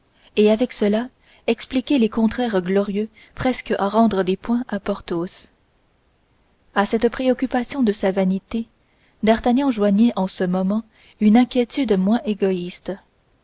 et avec cela expliquez les contraires glorieux presque à rendre des points à porthos à cette préoccupation de sa vanité d'artagnan joignait en ce moment une inquiétude moins égoïste